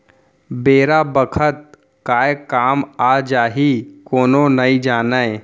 बेरा बखत काय काम आ जाही कोनो नइ जानय